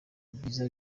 byiza